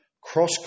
cross